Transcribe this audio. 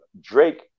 Drake